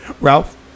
Ralph